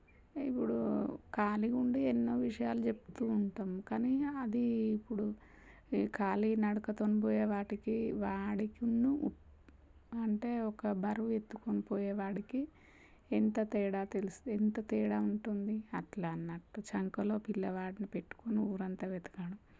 ఇప్పుడు ఖాళీగుండి ఎన్నో విషయాలు చెప్తూ ఉంటాం కానీ అది ఇప్పుడు ఈ ఖాళీ నడకతోని పోయే వాటికి వాడికినూ అంటే ఒక బరువు ఎత్తుకొని పోయే వాడికి ఎంత తేడా తెలిస్తే ఎంత తేడా ఉంటుంది అట్లా అన్నట్టు చంకలో పిల్లవాడిని పెట్టుకొని ఊరంతా వెతికాడు